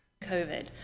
COVID